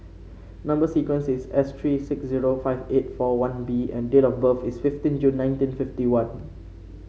number sequence is S three six zero five eight four one B and date of birth is fifteen June nineteen fifty one